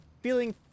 feeling